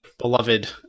beloved